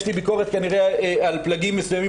יש לי ביקורת כנראה על פלגים מסוימים